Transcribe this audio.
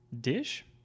dish